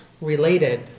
related